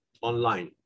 online